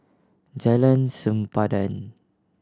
Jalan Sempadan